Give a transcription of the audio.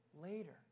later